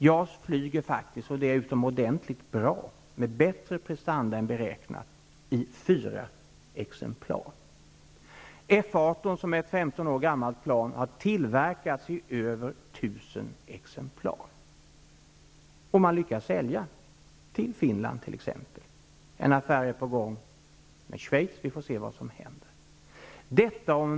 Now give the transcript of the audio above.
JAS flyger faktiskt -- och det utomordentligt bra -- med bättre prestanda än beräknat, och det finns i fyra exemplar. F 18, som är ett 15 år gammalt plan, har tillverkats i över 1 000 exemplar. Planet har sålts till bl.a. Finland. En affär är på gång med Schweiz. Vi får se vad som skall hända där.